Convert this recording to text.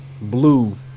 blue